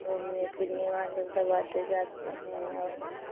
घूमने फिरने वाले सब आते जाते हैं और